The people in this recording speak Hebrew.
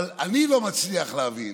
אבל אני לא מצליח להבין